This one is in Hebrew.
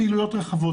פעילויות רחבות.